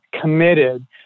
committed